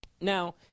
Now